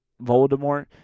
Voldemort